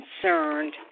concerned